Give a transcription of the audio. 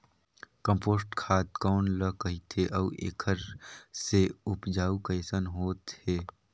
Compost खाद कौन ल कहिथे अउ एखर से उपजाऊ कैसन होत हे?